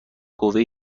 قوه